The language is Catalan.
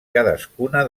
cadascuna